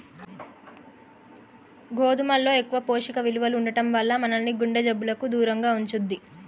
గోధుమల్లో ఎక్కువ పోషక విలువలు ఉండటం వల్ల మనల్ని గుండె జబ్బులకు దూరంగా ఉంచుద్ది